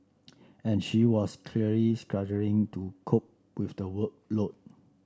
and she was clearly struggling to cope with the workload